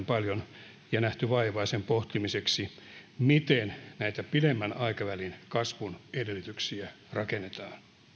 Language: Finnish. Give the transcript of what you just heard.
paljon ja nähneet vaivaa sen pohtimiseksi miten näitä pidemmän aikavälin kasvun edellytyksiä rakennetaan